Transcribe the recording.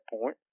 point